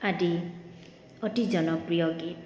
আদি অতি জনপ্ৰিয় গীত